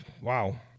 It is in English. wow